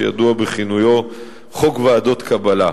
שידוע בכינויו "חוק ועדות קבלה".